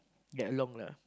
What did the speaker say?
get along lah